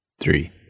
three